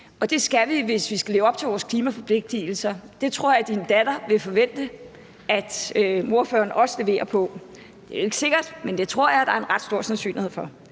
det skal vi, hvis vi skal leve op til vores klimaforpligtelser, og det tror jeg også ordførerens datter vil forvente at ordføreren leverer på. Det er jo ikke sikkert, men det tror jeg der er en ret stor sandsynlighed for.